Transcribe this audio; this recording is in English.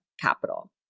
capital